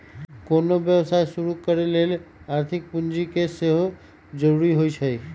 कोनो व्यवसाय शुरू करे लेल आर्थिक पूजी के सेहो जरूरी होइ छै